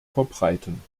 verbreiten